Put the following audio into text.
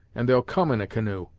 and they'll come in a canoe.